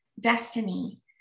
destiny